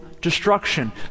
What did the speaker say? destruction